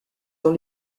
dans